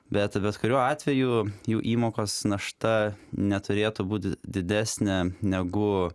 bet bet kuriuo atveju jų įmokos našta neturėtų būt didesnė negu